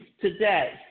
today